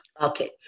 Okay